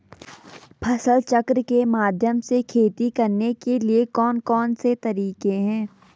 फसल चक्र के माध्यम से खेती करने के लिए कौन कौन से तरीके हैं?